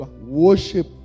Worship